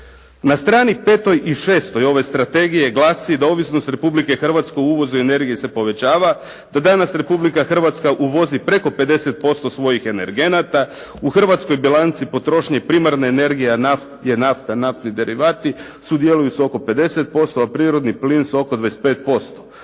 Na strani petoj i šestoj ove strategije glasi da ovisnost Republike Hrvatske o uvozu energije se povećava, da danas Republika Hrvatska uvozi preko 50% svojih energenata, u hrvatskoj bilanci potrošnje primarne energije je nafta i naftni derivati sudjeluju s oko 50%, a prirodni plin oko 25%.